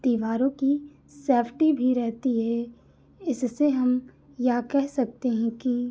दीवारों की सेफ़्टी भी रहती है इससे हम यह कह सकते हैं कि